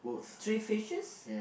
three fishes